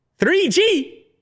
3G